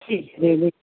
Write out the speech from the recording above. ठीक है दीदी